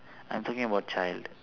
I'm talking about child